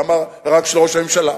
למה רק של ראש הממשלה?